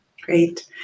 Great